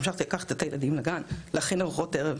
המשכתי לקחת את הילדים לגן ולהכין ארוחות ערב.